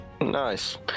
Nice